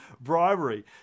bribery